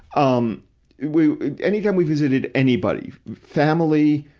um we anytime we visited anybody, family,